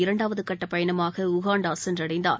இரண்டாவது கட்ட பயணமாக உகாண்டா சென்றடைந்தார்